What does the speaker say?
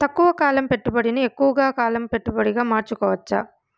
తక్కువ కాలం పెట్టుబడిని ఎక్కువగా కాలం పెట్టుబడిగా మార్చుకోవచ్చా?